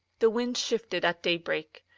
the wind shifted at daybreak.